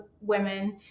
women